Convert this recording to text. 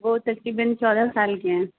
وہ تقریباً چودہ سال کے ہیں